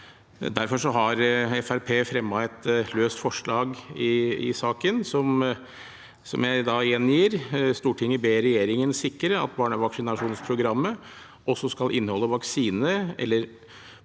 Fremskrittspartiet fremmet et løst forslag i saken, som jeg gjengir: «Stortinget ber regjeringen sikre at barnevaksinasjonsprogrammet også skal inneholde vaksine